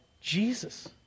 Jesus